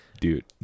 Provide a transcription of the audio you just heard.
Dude